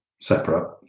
separate